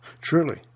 Truly